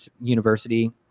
university